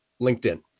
LinkedIn